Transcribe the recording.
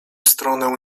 stronę